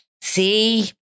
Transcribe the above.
See